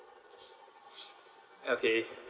okay